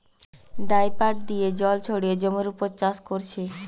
dripper দিয়ে জল ছড়িয়ে জমির উপর চাষ কোরছে